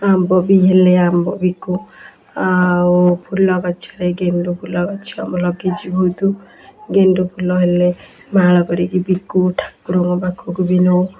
ଆମ୍ବ ବି ହେଲେ ଆମ୍ବ ବିକୁ ଆଉ ଫୁଲ ଗଛରେ ଗେଣ୍ଡୁ ଫୁଲ ଗଛ ମୁଁ ଲଗେଛି ବହୁତ ଗେଣ୍ଡୁ ଫୁଲ ହେଲେ ମାଳ କରିକି ବିକୁ ଠାକୁରଙ୍କ ପାଖକୁ ବି ନେଉ